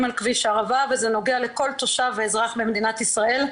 על כביש הערבה וזה נוגע לכל תושב אזרח במדינת ישראל,